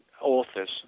authors